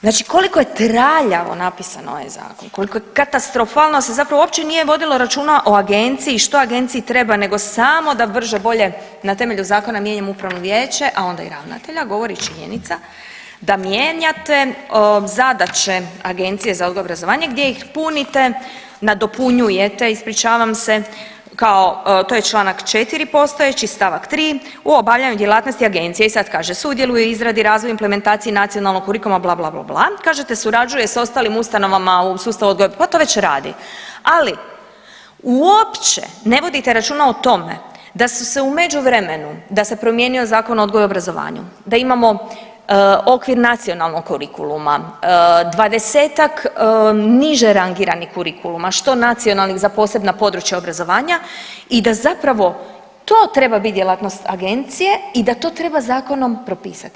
Znači koliko je traljavo napisan ovaj zakon, katastrofalno da se zapravo uopće nije vodilo računa o agenciji što agenciji treba nego samo da brže bolje na temelju zakona mijenjamo upravno vijeće, a onda i ravnatelja govori činjenica da mijenjate zadaće Agencije za odgoj i obrazovanje gdje ih punite, nadopunjujete ispričavam se kao to je čl. 4 postojeći st. 3. u obavljanju djelatnosti agencije i sad kaže sudjeluje u izradi i razvoju implementacije nacionalnog kurikuluma bla, bla, bla, bla kažete surađujete s ostalim ustanovama u sustavu odgoja, pa to već radi, ali uopće ne vodite računa o tome da su se u međuvremenu da se promijenio Zakon o odgoju i obrazovanju, da imamo okvir nacionalnog kurikuluma, 20-ak niže rangiranih kurikuluma što nacionalnih za posebna područja obrazovanja i da zapravo to treba biti djelatnost agencije i da to treba zakonom propisati.